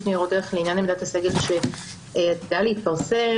ניירות ערך לעניין עמדת הסגל שעמדה להתפרסם.